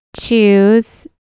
choose